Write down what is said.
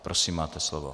Prosím, máte slovo.